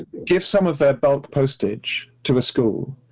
give some of that bulk postage to a school,